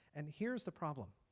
and here's the problem,